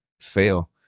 fail